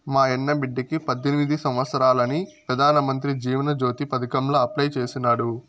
మాయన్న బిడ్డకి పద్దెనిమిది సంవత్సారాలని పెదానమంత్రి జీవన జ్యోతి పదకాంల అప్లై చేసినాడు